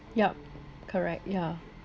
yup correct ya